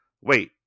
wait